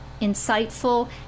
insightful